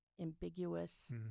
ambiguous